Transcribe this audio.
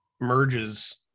merges